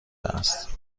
است